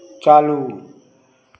चालू